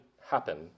happen